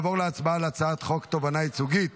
נעבור להצבעה על הצעת חוק תובענה ייצוגית